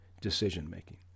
decision-making